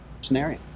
scenario